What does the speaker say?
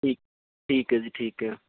ਠੀਕ ਠੀਕ ਹੈ ਜੀ ਠੀਕ ਹੈ